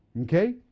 Okay